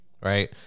right